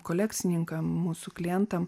kolekcininkam mūsų klientam